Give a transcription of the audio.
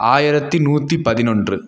ஆயிரத்தி நூற்றி பதினொன்று